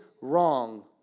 wrong